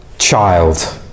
child